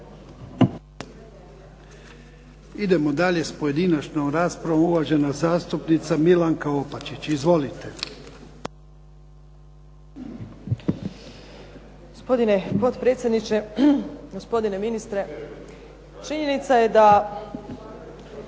Idemo dalje sa pojedinačnom raspravom, uvažena zastupnica Milanka Opačić. Izvolite. **Opačić, Milanka (SDP)** Gospodine potpredsjedniče, gospodine ministre. Činjenica je da